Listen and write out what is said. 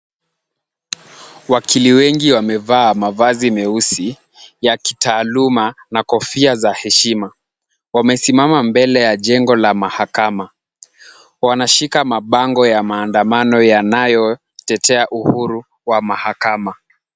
Wakili wengi wamevaa mavazi meusi ya kitaaluma na kofia za heshima wamesimama mbele ya jengo la mahakama. Wanashika mabango ya maandamano yanayotetea uhuru wa mahakama.